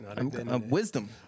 Wisdom